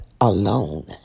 alone